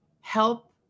help